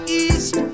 east